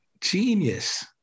Genius